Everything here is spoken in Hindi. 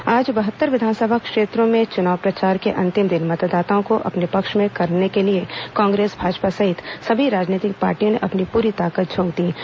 चुनाव प्रचार आज बहत्तर विधानसभा क्षेत्रों में चुनाव प्रचार के अंतिम दिन मतदाताओं को अपने पक्ष में करने के लिए कांग्रेस भाजपा सहित सभी राजनीतिक पार्टियों ने अपनी पूरी ताकत झोंक दीं